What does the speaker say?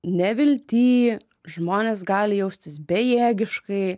nevilty žmonės gali jaustis bejėgiškai